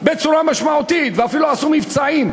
בצורה משמעותית ואפילו עשו מבצעים.